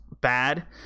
bad